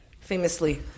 Famously